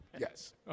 Yes